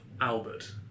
Albert